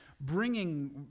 bringing